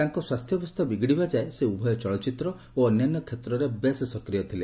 ତାଙ୍କ ସ୍ୱାସ୍ଥ୍ୟାବସ୍ଥା ବିଗିଡିବା ଯାଏଁ ସେ ଉଭୟ ଚଳଚ୍ଚିତ୍ର ଓ ଅନ୍ୟାନ୍ୟ କ୍ଷେତ୍ରରେ ବେଶ୍ ସକ୍ରିୟ ଥିଲେ